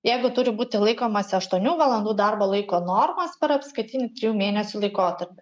jeigu turi būti laikomasi aštuonių valandų darbo laiko normos per apskaitinį trijų mėnesių laikotarpį